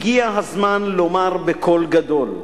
הגיע הזמן לומר בקול גדול: